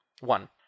one